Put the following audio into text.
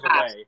away